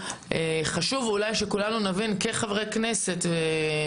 חשוב שכולנו כחברי כנסת נבין,